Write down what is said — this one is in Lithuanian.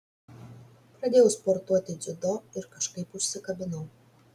pradėjau sportuoti dziudo ir kažkaip užsikabinau